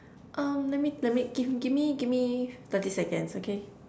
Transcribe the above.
um let me let me give me give me give me thirty seconds okay